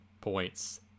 points